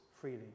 freely